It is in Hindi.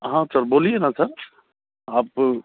हाँ सर बोलिए ना सर आपको